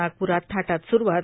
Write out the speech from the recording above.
नागप्रात थाटात सुरुवात